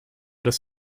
das